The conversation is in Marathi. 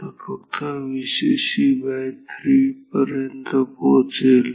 तो फक्त Vcc3 पर्यंत पोहोचेल